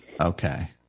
Okay